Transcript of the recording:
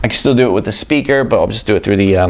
like still do it with the speaker but i'll just do it through the